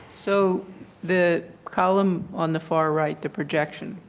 so the column on the far right, the projection,